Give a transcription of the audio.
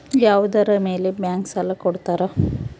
ಯಾವುದರ ಮೇಲೆ ಬ್ಯಾಂಕ್ ಸಾಲ ಕೊಡ್ತಾರ?